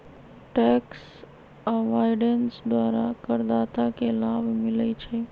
tax avoidance द्वारा करदाता के लाभ मिलइ छै